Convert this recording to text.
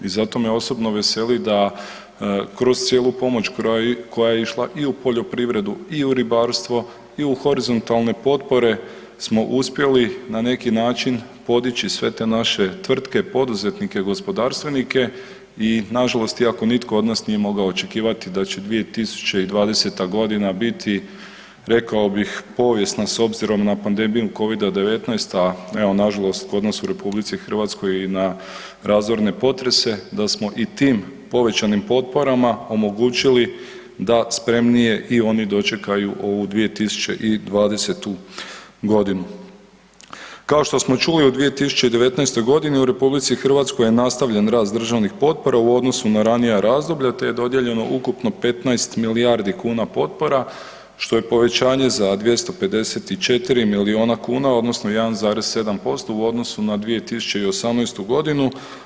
I zato me osobno veseli da kroz cijelu pomoć koja je išla i u poljoprivredu i u ribarstvo i u horizontalne potpore smo uspjeli na neki način podići sve te naše tvrtke, poduzetnike, gospodarstvenike i nažalost iako od nitko od nas nije mogao očekivati da će 2020.g. biti rekao bih povijesna s obzirom na pandemiju Covid-19, a evo nažalost kod nas u RH i na razorne potrese, da smo i tim povećanim potporama omogućili da spremnije i oni dočekaju ovu 2020.g. Kao što smo čuli u 2019.g. u RH je nastavljen rast državnih potpora u odnosu na ranija razdoblja, te je dodijeljeno ukupno 15 milijardi kuna potpora, što je povećanje za 254 milijuna kuna odnosno 1,7% u odnosu na 2018.g.